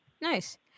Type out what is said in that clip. Nice